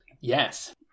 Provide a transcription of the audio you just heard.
Yes